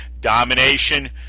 domination